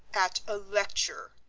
at a lecture.